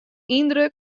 yndruk